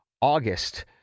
August